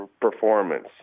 performance